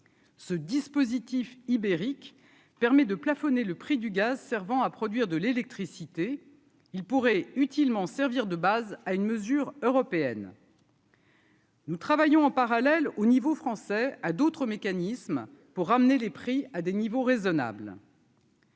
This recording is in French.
Ce dispositif ibérique permet de plafonner le prix du gaz servant à produire de l'électricité, ils pourraient utilement servir de base à une mesure européenne. Nous travaillons en parallèle au niveau français, à d'autres mécanismes pour ramener les prix à des niveaux raisonnables.